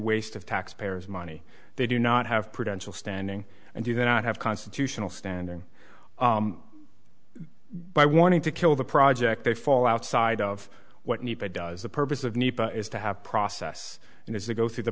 waste of taxpayers money they do not have prevented standing and do not have constitutional standing by wanting to kill the project they fall outside of what need does the purpose of need is to have process and as they go through the